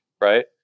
right